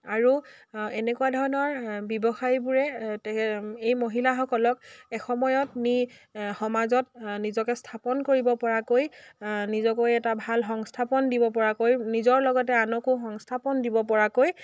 আৰু এনেকুৱা ধৰণৰ ব্যৱসায়বোৰে তে এই মহিলাসকলক এসময়ত নি সমাজত নিজকে স্থাপন কৰিব পৰাকৈ নিজকৈ এটা ভাল সংস্থাপন দিব পৰাকৈ নিজৰ লগতে আনকো সংস্থাপন দিব পৰাকৈ